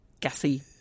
gassy